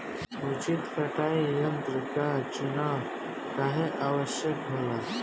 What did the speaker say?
उचित कटाई यंत्र क चुनाव काहें आवश्यक होला?